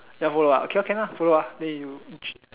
you want follow ah okay lor can ah follow ah then you